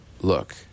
Look